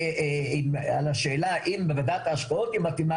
על השאלה אם לוועדת ההשקעות היא מתאימה,